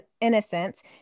innocence